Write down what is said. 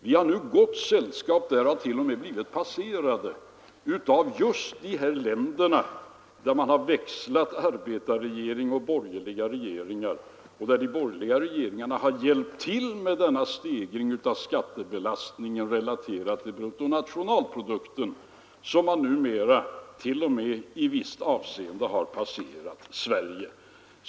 Vi har nu fått gott sällskap med och har t.o.m. blivit passerade av just de länder där man har växlat med arbetarregeringar och borgerliga regeringar och där de borgerliga regeringarna har hjälpt till med stegringen av skattebelastningen, relaterad till bruttonationalprodukten. I vissa avseenden har dessa länder t.o.m. passerat Sverige.